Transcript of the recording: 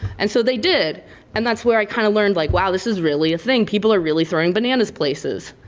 and so they did and that's where i kind of learned, like wow, this is really a thing. people are really throwing bananas places.